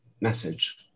message